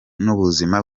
n’ubuzima